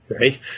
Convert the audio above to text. right